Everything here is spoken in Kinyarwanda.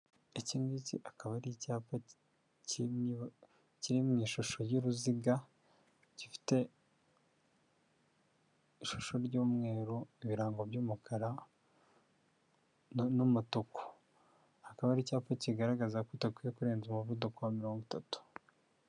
Iki ngiki akaba ari icyapa kiri mu ishusho y'uruziga gifite ishusho ry'umweru, ibirango by'umukara n'umutuku. Akaba ari icyapa kigaragaza ko utakwiye kurenza umuvuduko wa mirongo itatu.